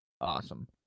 awesome